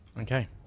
Okay